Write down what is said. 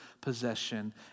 possession